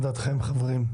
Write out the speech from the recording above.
מה דעתכם, חברים?